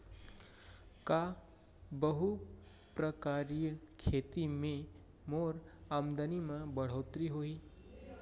का बहुप्रकारिय खेती से मोर आमदनी म बढ़होत्तरी होही?